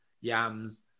yams